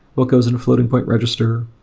what goes in a floating point register?